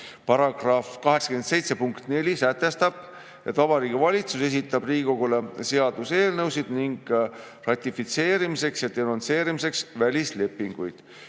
87 punkt 4 sätestab, et Vabariigi Valitsus esitab Riigikogule seaduseelnõusid ning ratifitseerimiseks ja denonsseerimiseks välislepinguid.